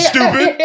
Stupid